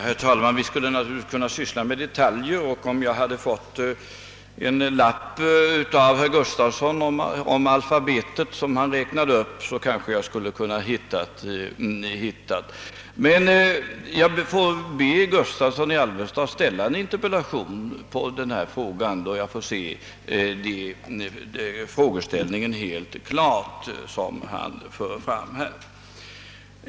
Herr talman! Vi skulle naturligtvis kunna syssla med detaljer, och om jag hade fått det »alfabet», som herr Gustavsson i Alvesta räknade upp, nedskrivet på en lapp, skulle jag kunna ge honom besked. Jag får i stället be honom ställa en interpellation i denna fråga, så jag får den frågeställning han för fram helt klar för mig.